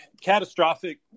catastrophic